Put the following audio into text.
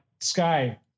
sky